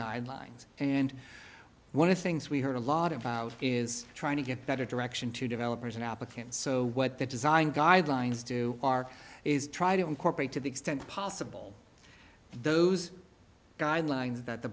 guidelines and one of the things we heard a lot about is trying to get better direction to developers and applicants so what the design guidelines do are is try to incorporate to the extent possible those guidelines that the